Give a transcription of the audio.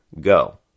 Go